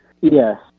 Yes